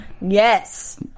Yes